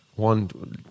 one